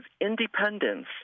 independence